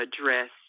address